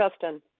Justin